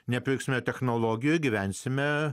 nepirksime technologija gyvensime